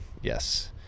yes